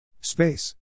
Space